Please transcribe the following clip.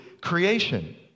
creation